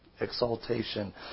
exaltation